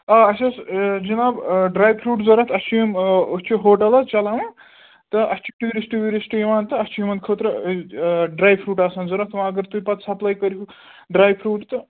آ اَسہِ اوس جِناب ڈرٛاے فروٗٹ ضوٚرَتھ اَسہِ چھِ یِم أسۍ چھِ ہوٹَل حظ چلاوان تہٕ اَسہِ چھِ ٹوٗرِشٹ ووٗرِشٹہٕ یِوان تہٕ اَسہِ چھِ یِمن خٲطرٕ ڈرٛاے فروٗٹ آسان ضوٚرَتھ وٕ اَگر تُہۍ پتہٕ سَپلٕے کٔرِہُو ڈرٛاے فروٗٹ تہٕ